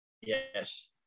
yes